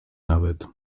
nawet